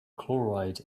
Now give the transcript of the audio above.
chloride